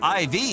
IV